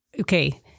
okay